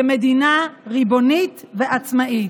כמדינה ריבונית ועצמאית.